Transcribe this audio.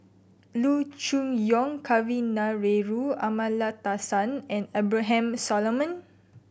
Loo Choon Yong Kavignareru Amallathasan and Abraham Solomon